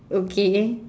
okay